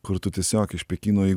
kur tu tiesiog iš pekino į